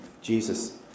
Jesus